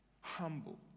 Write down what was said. humble